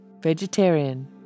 vegetarian